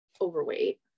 overweight